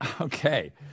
okay